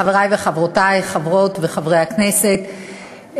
חברי וחברותי חברות וחברי הכנסת,